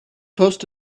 post